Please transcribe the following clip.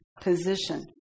position